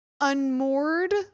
unmoored